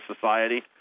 society